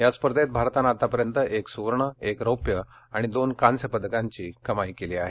या स्पर्धेत भारतानं आतापर्यंत एक सुवर्ण एक रौप्य आणि दोन कांस्य पदकांची कमाई केली आहे